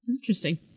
Interesting